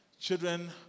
children